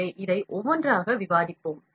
எனவே இதை ஒவ்வொன்றாக விவாதிப்போம்